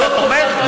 אתה תומך?